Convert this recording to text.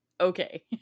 Okay